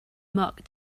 mock